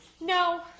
No